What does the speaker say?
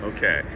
Okay